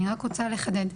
אני רק רוצה לחדד.